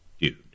Dude